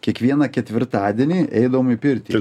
kiekvieną ketvirtadienį eidavome į pirtį